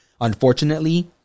Unfortunately